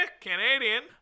Canadian